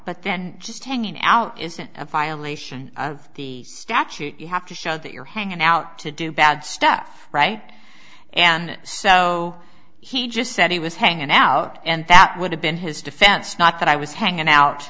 but then just hanging out isn't a violation of the statute you have to show that you're hanging out to do bad stuff right and so he just said he was hanging out and that would have been his defense not that i was hanging out